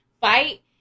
fight